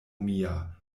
mia